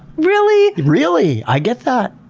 really? really. i get that!